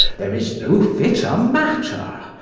there is no fitter matter.